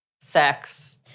sex